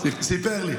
הוא אמר לי, סיפר לי.